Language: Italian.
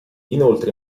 inoltre